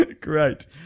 Great